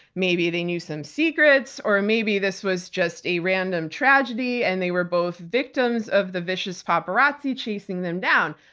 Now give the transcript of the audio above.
maybe they knew some secrets, or maybe this was just a random tragedy and they were both victims of the vicious paparazzi chasing them down.